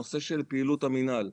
הנושא של פעילות המינהל: